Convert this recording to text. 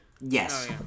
Yes